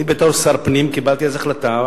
אני בתור שר הפנים קיבלתי אז החלטה,